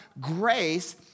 grace